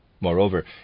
Moreover